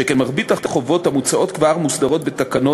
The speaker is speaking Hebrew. שכן רוב החובות המוצעות כבר מוסדרות בתקנות